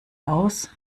aus